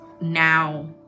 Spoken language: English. now